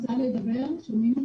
מצוין.